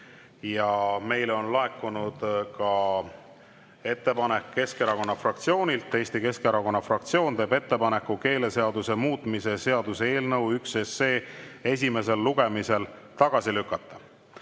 Meile on laekunud ka ettepanek Keskerakonna fraktsioonilt. Eesti Keskerakonna fraktsioon teeb ettepaneku keeleseaduse muutmise seaduse eelnõu 1 esimesel lugemisel tagasi lükata.